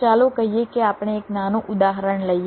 ચાલો કહીએ કે આપણે એક નાનું ઉદાહરણ લઈએ